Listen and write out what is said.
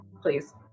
please